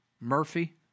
Murphy